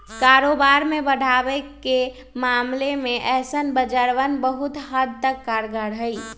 कारोबार के बढ़ावे के मामले में ऐसन बाजारवन बहुत हद तक कारगर हई